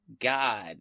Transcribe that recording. god